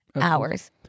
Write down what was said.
hours